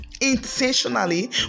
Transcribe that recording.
intentionally